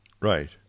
right